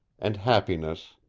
and happiness,